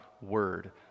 Word